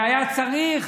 והיה צריך